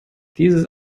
dieses